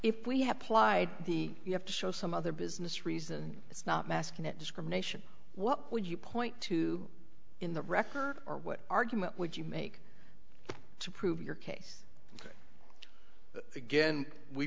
plied the you have to show some other business reason it's not masking it discrimination what would you point to in the record or what argument would you make to prove your case again we